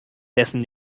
dessen